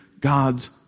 God's